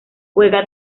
juega